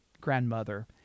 grandmother